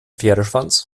pferdeschwanz